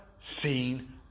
seen